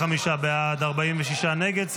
55 בעד, 46 נגד.